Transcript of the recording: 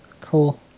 Cool